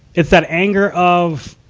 it's that anger of,